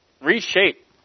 reshape